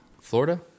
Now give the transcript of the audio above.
Florida